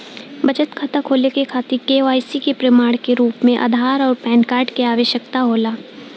बचत खाता खोले के खातिर केवाइसी के प्रमाण के रूप में आधार आउर पैन कार्ड के आवश्यकता होला